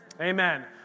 Amen